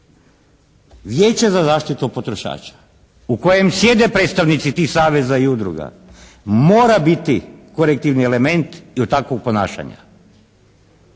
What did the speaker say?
Vijeće za zaštitu potrošača u kojem sjede predstavnici tih saveza i udruga mora biti korektivni element takvog ponašanja.